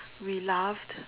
we laughed